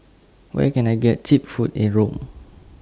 Where Can I get Cheap Food in Rome